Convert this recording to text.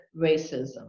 racism